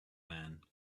man